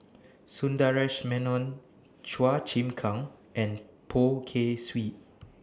Sundaresh Menon Chua Chim Kang and Poh Kay Swee